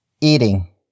eating